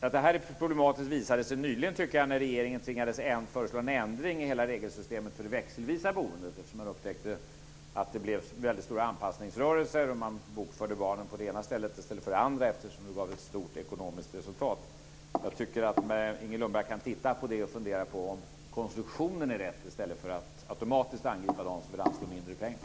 Att detta är problematiskt visade sig nyligen när regeringen tvingades föreslås en ändring i hela regelsystemet för det växelvisa boendet eftersom man upptäckte att det blev väldigt stora anspassningsrörelser. Man bokförde barnen på det ena stället i stället för på det andra eftersom det gav stort ekonomiskt resultat. Jag tycker att Inger Lundberg kan titta på det och fundera på om konstruktionen är rätt i stället för att automatiskt angripa dem som vill anslå mindre pengar.